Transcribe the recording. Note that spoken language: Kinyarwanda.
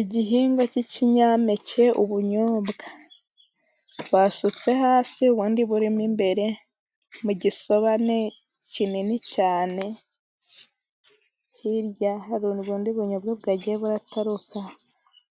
Igihingwa k'ikinyampeke ubunyobwa, basutse hasi, ubundi burimo imbere, mu gisabane kinini cyane, hirya hari ubundi bunyobwa, bwagiye burataruka